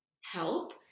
help